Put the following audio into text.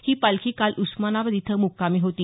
ही पालखी काल उस्मानाबाद इथं मुक्कामी होती